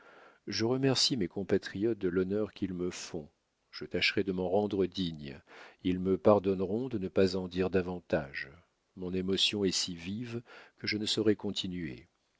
je remercie mes compatriotes de l'honneur qu'ils me font je tâcherai de m'en rendre digne ils me pardonneront de ne pas en dire davantage mon émotion est si vive que je ne saurais continuer